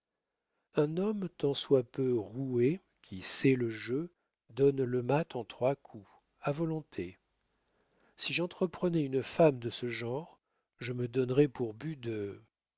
un homme tant soit peu roué qui sait le jeu donne le mat en trois coups à volonté si j'entreprenais une femme de ce genre je me donnerais pour but de